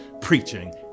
preaching